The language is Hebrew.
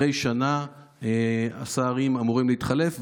אחרי שנה השרים אמורים להתחלף,